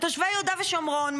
תושבי יהודה ושומרון,